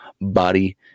body